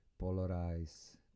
polarize